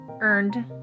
earned